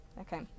Okay